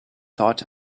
thought